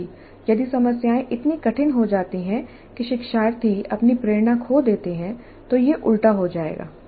साथ ही यदि समस्याएं इतनी कठिन हो जाती हैं कि शिक्षार्थी अपनी प्रेरणा खो देते हैं तो यह उल्टा हो जाएगा